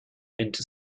into